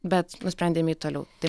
bet nusprendėm eit toliau tai